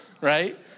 right